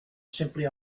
simply